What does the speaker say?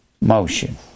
motion